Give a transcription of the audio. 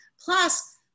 Plus